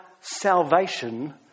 salvation